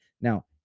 Now